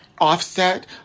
Offset